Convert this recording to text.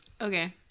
Okay